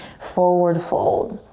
forward fold.